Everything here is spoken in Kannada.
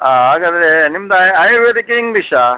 ಹಾಂ ಹಾಗಾದ್ರೆ ನಿಮ್ದು ಆಯುರ್ವೇದಿಕ ಇಂಗ್ಲೀಷಾ